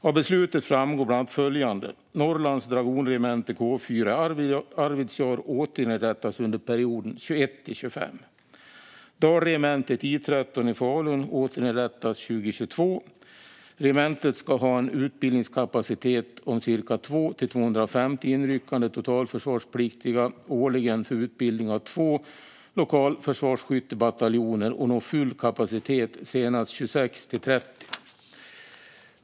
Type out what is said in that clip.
Av beslutet framgår bland annat följande: Norrlands dragonregemente K 4 i Arvidsjaur återinrättas under perioden 2021-2025. Dalregementet I 13 i Falun återinrättas 2022. Regementet ska ha en utbildningskapacitet på cirka 200-250 inryckande totalförsvarspliktiga årligen för utbildning av två lokalförsvarsskyttebataljoner och nå full kapacitet senast 2026-2030.